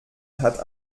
hat